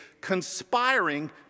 conspiring